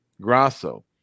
Grasso